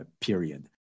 period